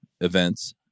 events